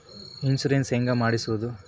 Insurance ಹೇಗೆ ಮಾಡಿಸುವುದು?